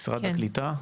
משרד הקליטה,